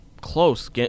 close